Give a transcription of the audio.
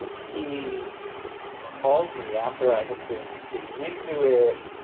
he called me after i had been digging into it,